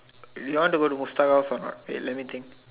you want to go to Mustafa from wait let me think